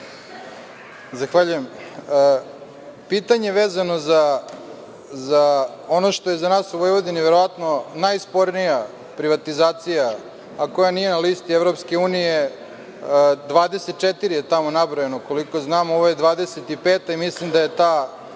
daju odgovor. Pitanje vezano za ono što je za nas u Vojvodini verovatno najspornija privatizacija, a koja nije na listi EU, 24 je tamo nabrojano, a ovo je 25 i mislim da je ta